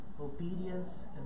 obedience